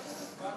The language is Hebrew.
התשע"ח